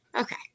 Okay